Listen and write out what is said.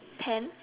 pen